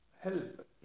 help